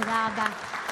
תודה רבה.)